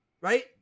right